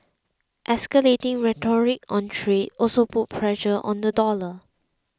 escalating rhetoric on trade also put pressure on the dollar